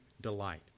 delight